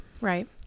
Right